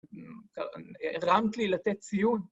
‫הרמת לי לתת ציון.